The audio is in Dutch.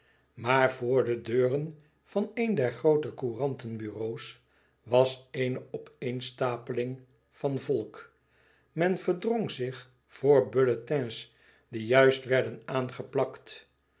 maar voor de deuren van een der groote courantenbureaux was eene opeenstapeling van volk men verdrong zich voor bulletins die juist werden aangeplakt